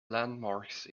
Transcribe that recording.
landmarks